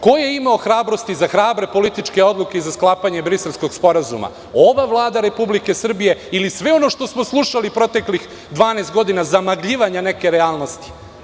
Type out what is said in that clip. Ko je imao hrabrosti za hrabre političke odluke i za sklapanje Briselskog sporazuma, ova vlada Republike Srbije ili sve ono što smo slušali proteklih 12 godina, zamagljivanja neke realnosti?